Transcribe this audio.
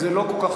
נמנעים,